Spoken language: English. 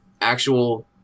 actual